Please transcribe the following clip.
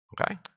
Okay